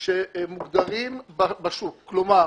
אז למה